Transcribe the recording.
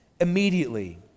immediately